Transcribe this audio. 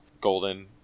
golden